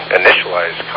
initialize